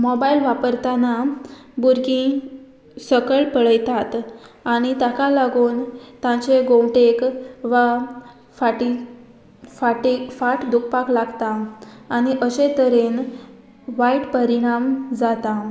mobile वापरतना भुरगीं सकयल पळयतात आनी ताका लागून तांचे गोमटेक वा फाटी फाटी फाट दुखपाक लागता आनी अशे तरेन वायट परिणाम जाता